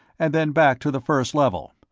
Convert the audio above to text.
and then back to the first level.